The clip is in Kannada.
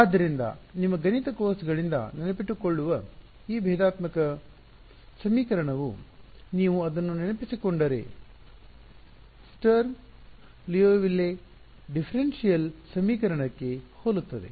ಆದ್ದರಿಂದ ನಿಮ್ಮ ಗಣಿತ ಕೋರ್ಸ್ಗಳಿಂದ ನೆನಪಿಟ್ಟುಕೊಳ್ಳುವ ಈ ಭೇದಾತ್ಮಕ ಸಮೀಕರಣವು ನೀವು ಅದನ್ನು ನೆನಪಿಸಿಕೊಂಡರೆ ಸ್ಟರ್ಮ್ ಲಿಯೊವಿಲ್ಲೆ ಡಿಫರೆನ್ಷಿಯಲ್ ಸಮೀಕರಣಕ್ಕೆ ಹೋಲುತ್ತದೆ